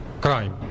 crime